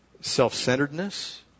self-centeredness